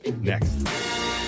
next